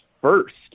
first